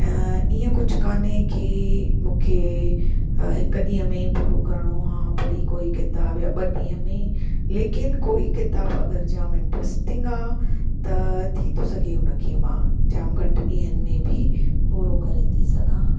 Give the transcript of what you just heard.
ही़अ कुझु कोन्हे की मूंखे हिकु ॾींहं में पूरो करिणो आहे पढ़ी कोई किताबु या ॿ ॾींहं ॿ में लेकिन कोई किताबु अगरि जाम इंटरस्टिंग आहे त थी थो सघे हुन खे मां जाम घटि ॾींहनि में बि पूरो करे थी सघां